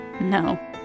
No